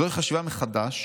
זוהי חשיבה מחדש